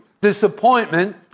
disappointment